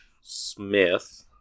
Smith